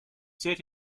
set